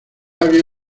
había